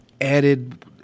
added